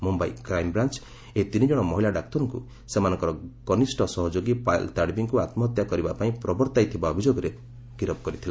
ମୁମ୍ବାଇମ୍ କ୍ରାଞ୍ଚ ଏହି ତିନି ଜଣ ମହିଳା ଡାକ୍ତରଙ୍କୁ ସେମାନଙ୍କର କନିଷ୍ଠ ସହଯୋଗୀ ପାୟଲ୍ ତାଡବିଙ୍କୁ ଆତୁହତ୍ୟା କରିବା ପାଇଁ ପ୍ରବର୍ତ୍ତାଇଥିବା ଅଭିଯୋଗରେ ଗିରଫ୍ କରିଥିଲା